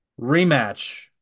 rematch